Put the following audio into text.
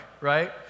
right